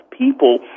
people